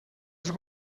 els